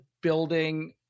building